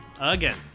Again